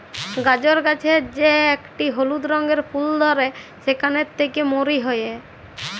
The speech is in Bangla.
গাজর গাছের যে একটি হলুদ রঙের ফুল ধ্যরে সেখালে থেক্যে মরি হ্যয়ে